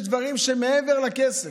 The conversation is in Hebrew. יש דברים שהם מעבר לכסף,